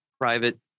private